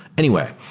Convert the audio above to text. anyway.